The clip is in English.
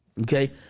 Okay